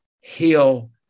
heal